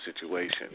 situation